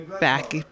Back